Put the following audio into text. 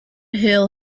hill